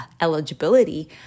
eligibility